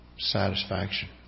satisfaction